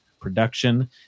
production